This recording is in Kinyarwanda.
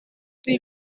iri